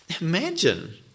Imagine